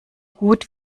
gut